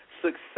success